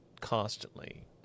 constantly